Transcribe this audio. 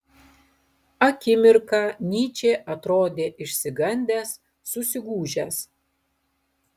akimirką nyčė atrodė išsigandęs susigūžęs